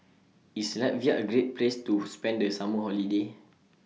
IS Latvia A Great Place to spend The Summer Holiday